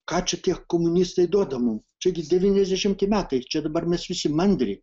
ką čia tie komunistai duoda mum čia gi devyniasdešimti metai čia dabar mes visi mandri